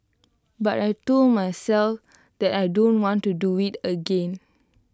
but I Told myself that I don't want to do IT again